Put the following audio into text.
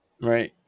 Right